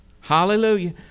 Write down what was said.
hallelujah